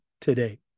today